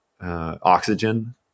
oxygen